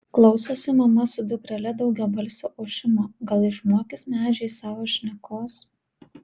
klausosi mama su dukrele daugiabalsio ošimo gal išmokys medžiai savo šnekos